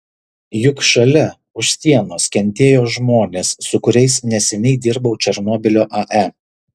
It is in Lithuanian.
juk šalia už sienos kentėjo žmonės su kuriais neseniai dirbau černobylio ae